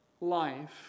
life